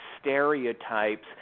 stereotypes